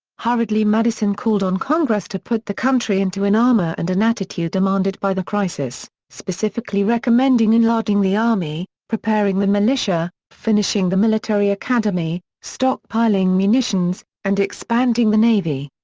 hurriedly madison called on congress to put the country into an armor and an attitude demanded by the crisis, specifically recommending enlarging the army, preparing the militia, finishing the military academy, stockpiling munitions, and expanding the navy.